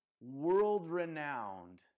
world-renowned